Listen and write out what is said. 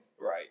Right